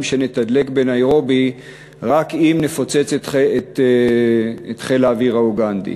שנתדלק בניירובי רק אם נפוצץ את חיל האוויר האוגנדי.